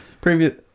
Previous